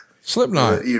Slipknot